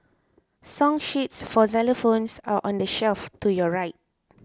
song sheets for xylophones are on the shelf to your right